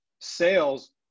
sales